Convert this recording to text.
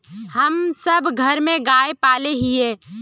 हम सब घर में गाय पाले हिये?